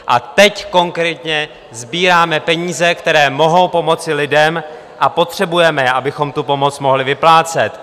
A teď konkrétně sbíráme peníze, které mohou pomoci lidem, a potřebujeme je, abychom tu pomoc mohli vyplácet.